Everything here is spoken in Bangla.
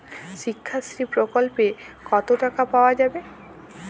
শিক্ষাশ্রী প্রকল্পে কতো টাকা পাওয়া যাবে?